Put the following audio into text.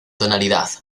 tonalidad